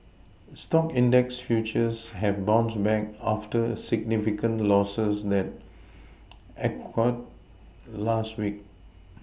stock index futures have bounced back after significant Losses that occurred last week